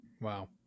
Wow